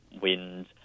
wind